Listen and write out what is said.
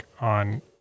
on